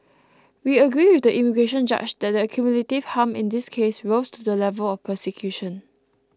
we agree with the immigration judge that the cumulative harm in this case rose to the level of persecution